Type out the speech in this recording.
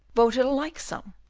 voted a like sum,